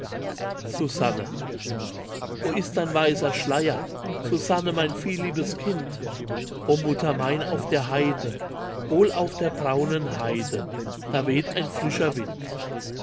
susanne wo ist dein weißer schleier susanne mein vielliebes kind o mutter mein auf der heide wohl auf der braunen heide da weht ein frischer wind